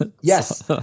yes